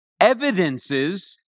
evidences